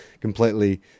Completely